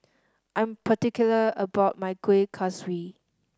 I am particular about my Kueh Kaswi